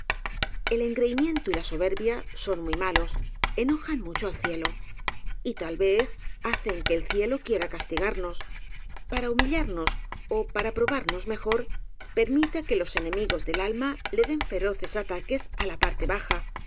el engreimiento y la soberbia soy muy malos enojan mucho al cielo y tal vez hacen que el cielo para castigarnos para humillarnos ó para probar nos mejor permita que los enemigos del alma le den feroces ataques en la parte baja